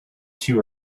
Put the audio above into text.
two